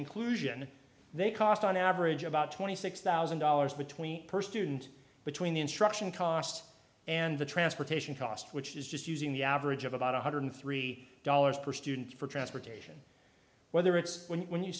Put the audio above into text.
inclusion they cost on average about twenty six thousand dollars between per student between the instruction costs and the transportation cost which is just using the average of about one hundred three dollars per student for transportation whether it's when you